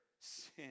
sin